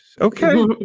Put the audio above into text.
Okay